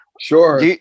sure